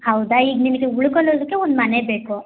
ಹೌದಾ ಈಗ ನಿನಗೆ ಉಳ್ಕೊಳ್ಳೋದಕ್ಕೆ ಒಂದು ಮನೆ ಬೇಕು